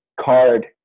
card